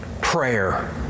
prayer